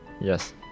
Yes